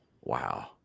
Wow